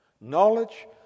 Knowledge